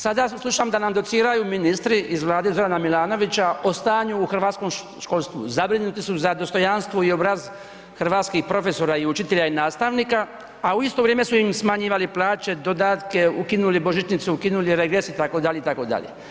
Sada slušam da nam dociraju ministri iz vlade Zorana Milanovića o stanju u hrvatskom školstvu, zabrinuti su za dostojanstvo i obraz hrvatskih profesora, učitelja i nastavnika, a u isto vrijeme su im smanjivali plaće, dodatke, ukinuli božićnicu, ukinuli regres itd., itd.